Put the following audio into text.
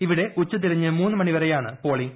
ഇവിടെ ഉച്ചതിരിഞ്ഞ് മൂന്നുമണിവരെയാണ് പോളിംഗ്